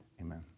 amen